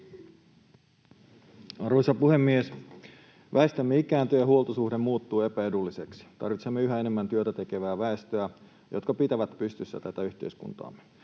Arvoisa puhemies! Väestömme ikääntyy, ja huoltosuhde muuttuu epäedulliseksi. Tarvitsemme yhä enemmän työtätekevää väestöä, joka pitää pystyssä tätä yhteiskuntaamme.